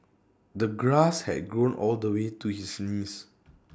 the grass had grown all the way to his knees